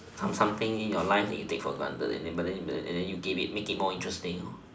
some something in your life that you take for granted and then but but then you make it more interesting